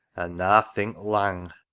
and na think lang.